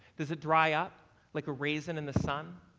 does it dry up like a raisin in the sun?